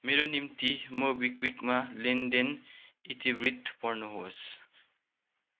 मेरो निम्ति मोबिक्विकमा लेनदेन इतिवृत्त पढ्नुहोस्